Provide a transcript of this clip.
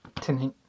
tonight